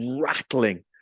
rattling